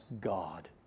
God